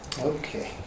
Okay